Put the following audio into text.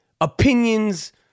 opinions